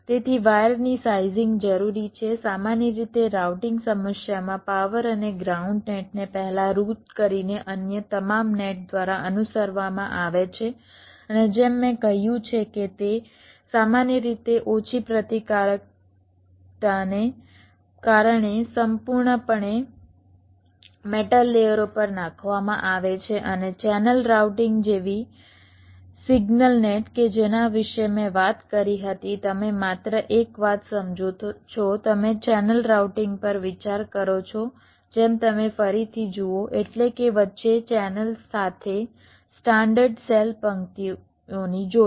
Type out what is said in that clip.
તેથી વાયરની સાઇઝિંગ જરૂરી છે સામાન્ય રીતે રાઉટિંગ સમસ્યામાં પાવર અને ગ્રાઉન્ડ નેટને પહેલા રૂટ કરીને અન્ય તમામ નેટ દ્વારા અનુસરવામાં આવે છે અને જેમ મેં કહ્યું છે કે તે સામાન્ય રીતે ઓછી પ્રતિકારકતાને કારણે સંપૂર્ણપણે મેટલ લેયરો પર નાખવામાં આવે છે અને ચેનલ રાઉટિંગ જેવી સિગ્નલ નેટ કે જેના વિશે મેં વાત કરી હતી તમે માત્ર એક વાત સમજો છો તમે ચેનલ રાઉટિંગ પર વિચાર કરો છો જેમ તમે ફરીથી જુઓ એટલે કે વચ્ચે ચેનલ સાથે સ્ટાન્ડર્ડ સેલ પંક્તિઓની જોડી